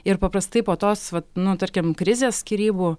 ir paprastai po tos vat nu tarkim krizės skyrybų